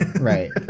Right